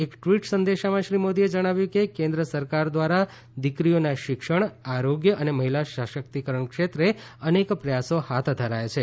એક ટ્વીટ સંદેશામાં શ્રી મોદીએ જણાવ્યું કે કેન્દ્ર સરકાર દ્વારા દીકરીઓના શિક્ષણ આરોગ્ય અને મહિલા સશક્તિકરણ ક્ષેત્રે અનેક પ્રયાસો હાથ ધરાયા છે